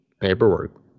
paperwork